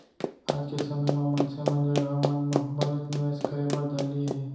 आज के समे म मनसे मन जघा मन म बनेच निवेस करे बर धर लिये हें